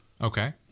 Okay